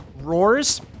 roars